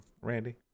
Randy